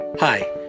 Hi